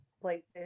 places